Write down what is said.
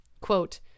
Quote